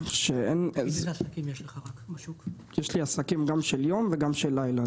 יש לי עסקים גם של יום וגם של לילה,